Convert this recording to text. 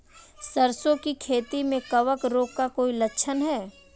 सरसों की खेती में कवक रोग का कोई लक्षण है?